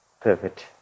perfect